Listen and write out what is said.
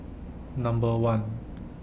Number one